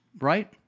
Right